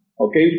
Okay